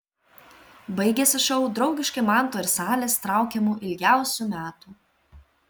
baigėsi šou draugiškai manto ir salės traukiamu ilgiausių metų